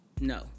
no